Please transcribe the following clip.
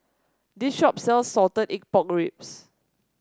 this shop sells Salted Egg Pork Ribs